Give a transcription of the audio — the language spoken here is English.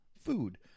food